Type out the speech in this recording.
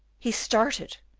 he started,